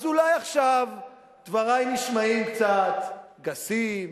אז אולי עכשיו דברי נשמעים קצת גסים,